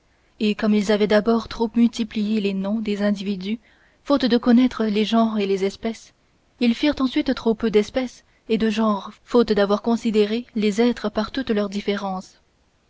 et comme ils avaient d'abord trop multiplié les noms des individus faute de connaître les genres et les espèces ils firent ensuite trop peu d'espèces et de genres faute d'avoir considéré les êtres par toutes leurs différences